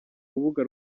rubuga